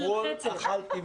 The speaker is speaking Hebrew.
ההחלטה היא